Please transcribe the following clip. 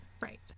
Right